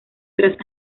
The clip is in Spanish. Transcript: tras